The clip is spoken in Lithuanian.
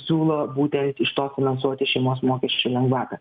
ir siūlo būtent iš to finansuoti šeimos mokesčių lengvatą